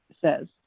says